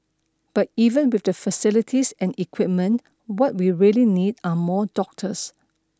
but even with the facilities and equipment what we really need are more doctors